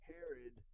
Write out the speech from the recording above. Herod